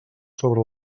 sobre